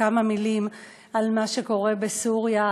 כמה מילים על מה שקורה בסוריה,